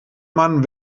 man